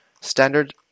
standard